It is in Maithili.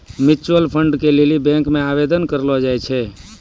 म्यूचुअल फंड के लेली बैंक मे आवेदन करलो जाय छै